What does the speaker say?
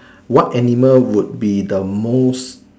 what animal would be the most